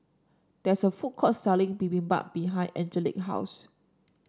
there is a food court selling Bibimbap behind Angelic house